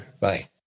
Bye